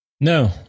No